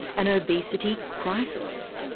an obesity crisis?